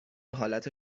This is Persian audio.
حالت